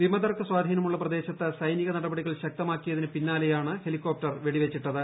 വിമതർക്ക് സ്വാധീനമുള്ള പ്രദേശത്ത് സൈനിക നടപടികൾ ശക്തമാക്കിയതിന് പിന്നാലെയാണ് ഹെലികോപ്റ്റർ വെടിവച്ചിട്ടത്